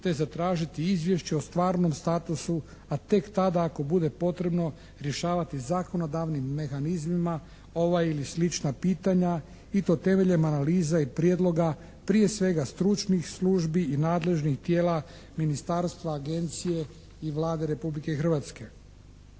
te zatražiti izvješće o stvarnom statutu, a tek tada ako bude potrebno rješavati zakonodavnim mehanizmima ova ili slična pitanja i to temeljem analize i prijedloga, prije svega stručnih službi i nadležnih tijela, ministarstva, agencije i Vlade Republike Hrvatske.